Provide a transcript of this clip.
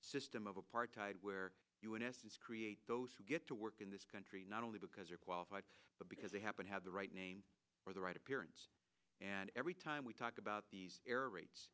system of apartheid where you in essence create those who get to work in this country not only because they're qualified but because they happen to have the right name or the right appearance and every time we talk about these air raids